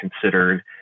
considered